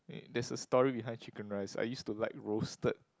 there's a story behind chicken rice I used to like roasted